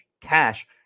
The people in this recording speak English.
cash